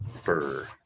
fur